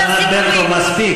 חברת הכנסת ענת ברקו, מספיק.